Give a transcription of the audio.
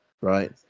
right